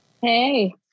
Hey